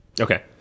Okay